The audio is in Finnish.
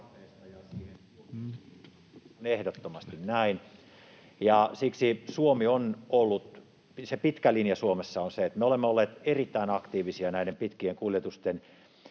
ehdottomasti näin. Siksi se pitkä linja Suomessa on se, että me olemme olleet erittäin aktiivisia näiden pitkien kuljetusten